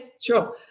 sure